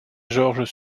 georges